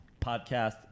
Podcast